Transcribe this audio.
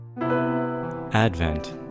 Advent